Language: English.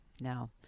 no